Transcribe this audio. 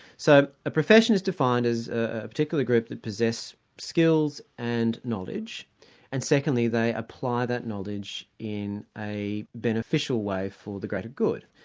so a profession is defined as a particular group who possess skills and knowledge and secondly, they apply that knowledge in a beneficial way for the greater good.